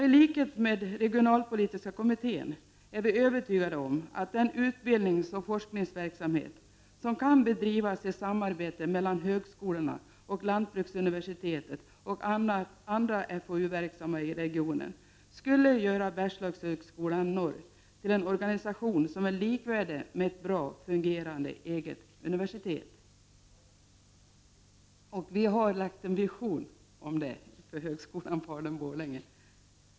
I likhet med regionalpolitiska kommittén är vi övertygade om att den utbildningsoch forskningsverksamhet som kan bedrivas i samarbete mellan högskolorna och lantbruksuniversitetet och andra FoU-verksamma i regionen skulle göra Bergslagshögskolan Norr till en organisation som är likvärdig med ett bra fungerande eget universitet. Vi har en vision om detta som vi presenterat för högskolan Falun/Borlänge.